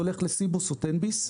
הולך לסיבוס או לתן-ביס.